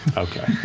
okay.